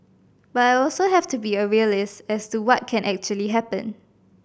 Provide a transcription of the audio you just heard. but I also have to be a realist as to what can actually happen